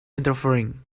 interfering